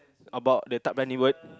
about the tak berani word